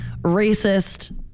racist